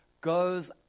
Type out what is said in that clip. goes